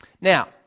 Now